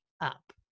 up